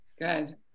Good